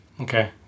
Okay